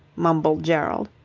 mumbled gerald.